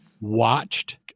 watched